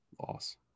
loss